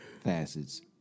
facets